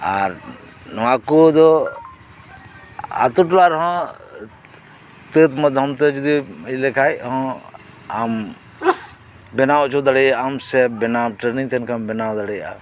ᱟᱨ ᱱᱚᱣᱟ ᱠᱩᱫᱚ ᱟᱹᱛᱩ ᱴᱚᱞᱟ ᱨᱮᱦᱚᱸ ᱛᱟᱹᱛ ᱢᱟᱫᱷᱚᱢ ᱛᱮ ᱤᱭᱟᱹ ᱞᱮᱠᱷᱟᱡ ᱦᱚᱸ ᱟᱢ ᱵᱮᱱᱟᱣ ᱚᱪᱚ ᱫᱟᱲᱮᱭᱟᱜ ᱟᱢ ᱥᱮ ᱵᱮᱱᱟᱣ ᱴᱨᱮᱱᱤᱝ ᱛᱟᱦᱮᱱ ᱠᱷᱟᱱ ᱵᱮᱱᱟᱣ ᱫᱟᱲᱮᱭᱟᱜ ᱟᱢ